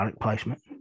placement